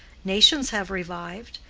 nations have revived.